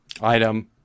item